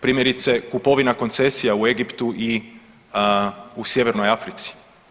Primjerice, kupovina koncesija u Egiptu i u sjevernoj Africi.